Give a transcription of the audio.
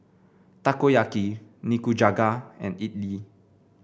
Takoyaki Nikujaga and Idili